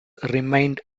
remained